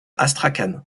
astrakhan